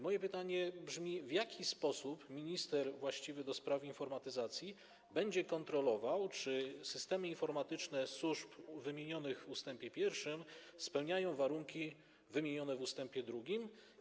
Moje pytanie brzmi: W jaki sposób minister właściwy do spraw informatyzacji będzie kontrolował, czy systemy informatyczne służb wymienionych w ust. 1 spełniają warunki wymienione w ust. 2?